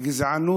הגזענות